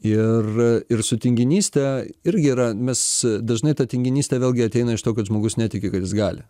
ir ir su tinginyste irgi yra mes dažnai ta tinginystė vėlgi ateina iš to kad žmogus netiki kad jis gali